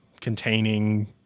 Containing